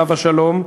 עליו השלום,